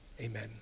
Amen